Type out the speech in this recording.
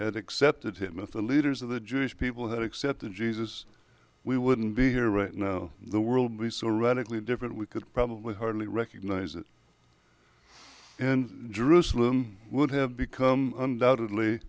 had accepted him of the leaders of the jewish people had accepted jesus we wouldn't be here right now the world we so radically different we could probably hardly recognize it in jerusalem would have become undoubtedly